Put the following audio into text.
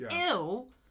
Ew